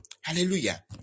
Hallelujah